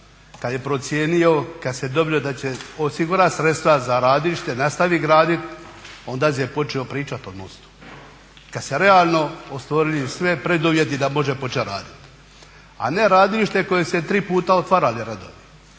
kada je procijenio kada se dobilo da će osigurati sredstva za radilište, nastavi graditi, onda je počeo pričati o mostu, kada se realno ostvaruju svi preduvjeti da može početi raditi. A ne radilište u kojem su se tri puta otvarali radovi,